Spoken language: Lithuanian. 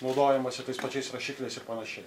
naudojamasi tais pačiais rašikliais ir panašiai